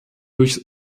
durch